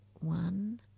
one